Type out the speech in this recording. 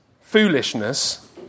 foolishness